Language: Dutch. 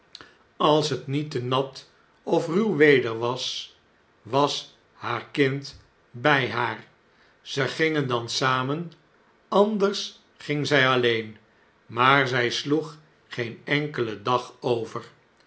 als het niet te nat of ruw weder was was haar kind bjj haar zij gingendan samen anders ging zjj alleen maar zjj sloeg geen enkelen dag over